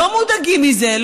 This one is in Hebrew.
לא מודאגים מזה,